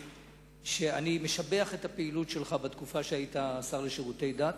אני משבח את הפעילות שלך בתקופה שהיית שר לשירותי דת.